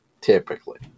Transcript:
Typically